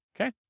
Okay